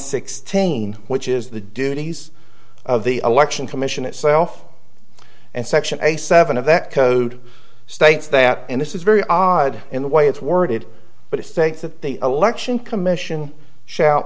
sixteen which is the duties of the election commission itself and section a seven of that code states that and this is very odd in the way it's worded but it states that the election commission shout